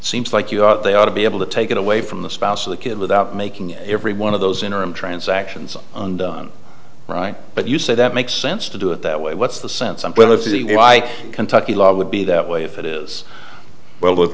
seems like you thought they ought to be able to take it away from the spouse of the kid without making every one of those interim transactions undone right but you say that makes sense to do it that way what's the sense of the why kentucky law would be that way if it is well with